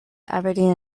aberdeen